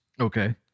Okay